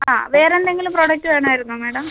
ആ വേറെ എന്തെങ്കിലും പ്രൊഡക്റ്റ് വേണമായിരുന്നോ മാഡം